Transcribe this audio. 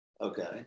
Okay